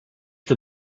der